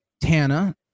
Tana